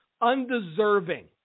undeserving